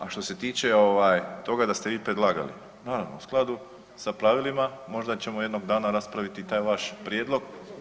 A što se tiče ovaj toga da ste vi predlagali, naravno u skladu sa pravilima možda ćemo jednog dana raspraviti i taj vaš prijedlog.